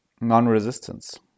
non-resistance